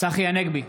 צחי הנגבי,